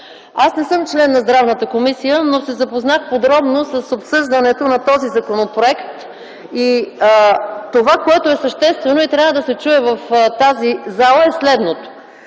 Аз не съм член на Здравната комисия, но се запознах подробно с обсъждането на този законопроект. Това, което е съществено и трябва да се чуе в тази зала е следното.